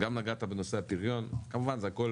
גם נגעת בנושא הפריון, כמובן זה הכל